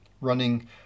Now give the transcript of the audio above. running